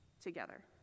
together